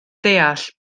deall